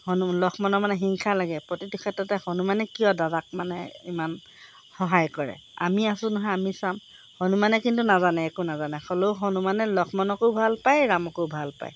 হনু লক্ষ্মণৰ মানে হিংসা লাগে প্ৰতিটো ক্ষেত্ৰতে হনুমানে কিয় দাদাক মানে ইমান সহায় কৰে আমি আছোঁ নহয় আমি চাম হনুমানে কিন্তু নাজানে একো নাজানে হ'লেও হনুমানে লক্ষ্মণকো ভাল পায় ৰামকো ভাল পায়